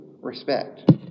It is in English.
respect